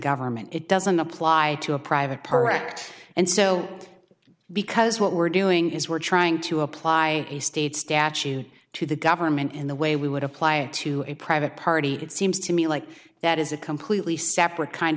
government it doesn't apply to a private party act and so because what we're doing is we're trying to apply the state statute to the government in the way we would apply it to a private party it seems to me like that is a completely separate kind